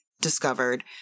discovered